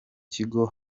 kigo